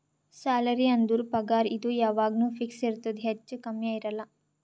salary ಅಂದುರ್ ಪಗಾರ್ ಇದು ಯಾವಾಗ್ನು ಫಿಕ್ಸ್ ಇರ್ತುದ್ ಹೆಚ್ಚಾ ಕಮ್ಮಿ ಇರಲ್ಲ